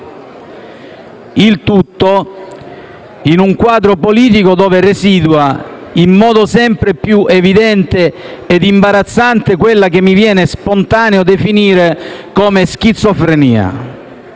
peraltro, in un quadro politico dove residua, in modo sempre più evidente ed imbarazzante, quella che mi viene spontaneo definire come schizofrenia.